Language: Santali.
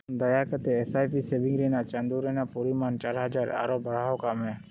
ᱫᱟᱭᱟ ᱠᱟᱛᱮ ᱮᱥ ᱟᱭ ᱯᱤ ᱥᱮᱵᱷᱤᱝ ᱨᱮᱭᱟᱜ ᱪᱟᱸᱫᱳ ᱨᱮᱱᱟᱜ ᱯᱚᱨᱤᱢᱟᱱ ᱪᱟᱨ ᱦᱟᱡᱟᱨ ᱟᱨᱚ ᱵᱟᱲᱦᱟᱣ ᱠᱟᱜ ᱢᱮ